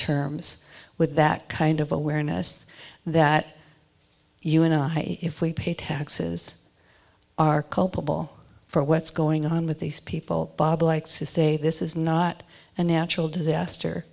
terms with that kind of awareness that you and i if we pay taxes are culpable for what's going on with these people bob likes to say this is not a natural disaster